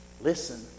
Listen